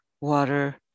water